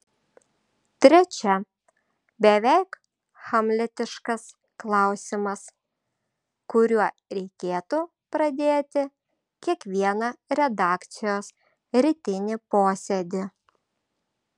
trečia beveik hamletiškas klausimas kuriuo reikėtų pradėti kiekvieną redakcijos rytinį posėdį